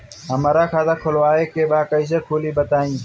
हमरा खाता खोलवावे के बा कइसे खुली बताईं?